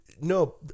No